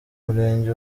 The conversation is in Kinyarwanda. murenge